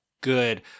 good